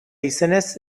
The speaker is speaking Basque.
izenez